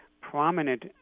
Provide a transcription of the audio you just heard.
prominent